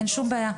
אין שום בעיה.